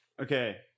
Okay